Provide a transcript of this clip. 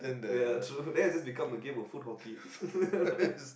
ya true then it just becomes a game of foot hockey